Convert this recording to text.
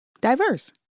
Diverse